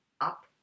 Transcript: up